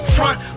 Front